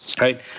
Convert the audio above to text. right